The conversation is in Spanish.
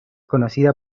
conocida